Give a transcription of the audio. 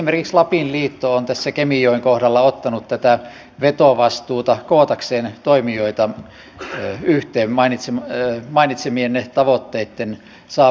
esimerkiksi lapin liitto on kemijoen kohdalla ottanut vetovastuuta kootakseen toimijoita yhteen mainitsemienne tavoitteitten saavuttamiseksi